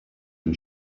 and